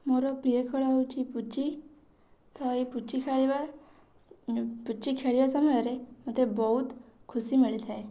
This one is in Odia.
ମୋର ପ୍ରିୟ ଖେଳ ହେଉଛି ପୁଚି ତ ଏଇ ପୁଚି ଖେଳିବା ପୁଚି ଖେଳିବା ସମୟରେ ମୋତେ ବହୁତ ଖୁସି ମିଳିଥାଏ